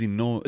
no